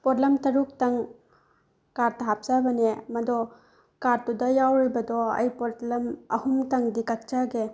ꯄꯣꯠꯂꯝ ꯇꯔꯨꯛꯇꯪ ꯀꯥꯔꯠꯇ ꯍꯥꯞꯆꯕꯅꯦ ꯃꯗꯣ ꯀꯥꯔꯠꯇꯨꯗ ꯌꯥꯎꯔꯤꯕꯗꯣ ꯑꯩ ꯄꯣꯠꯂꯝ ꯑꯍꯨꯝꯇꯪꯗꯤ ꯀꯛꯆꯒꯦ